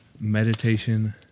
meditation